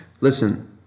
Listen